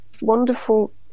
wonderful